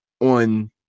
on